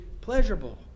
pleasurable